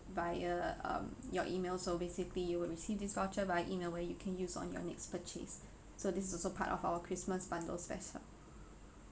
via um your email so basically you will receive this voucher via email where you can use on your next purchase so this is also part of our christmas bundle special